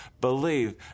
believe